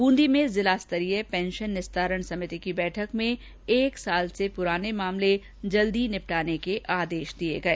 ब्रंदी में जिला स्तरीय पेंशन निस्तारण समिति की बैठक में एक साल से पुराने मामले निपटाने के आदेश दिए गए